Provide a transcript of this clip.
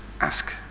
ask